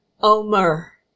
Omer